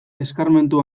eskarmentu